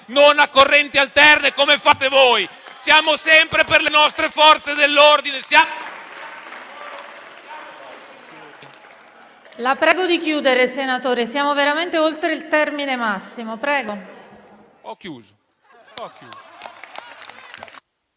non a correnti alternate come fate voi. Siamo sempre con le nostre Forze dell'ordine.